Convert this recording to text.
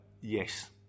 yes